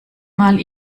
mal